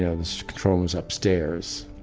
yeah this controller was upstairs.